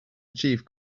achieve